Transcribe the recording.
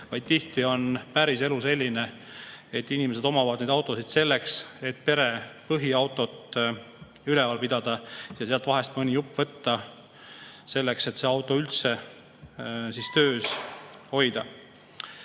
vaid tihti on päriselu selline, et inimesed omavad neid autosid selleks, et pere põhiautot üleval pidada ja sealt vahest mõni jupp võtta, et autot üldse töös hoida. Nüüd,